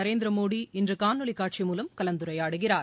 நரேந்திர மோடி இன்று காணொலி காட்சி மூலம் கலந்துரையாடுகிறார்